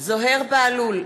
זוהיר בהלול,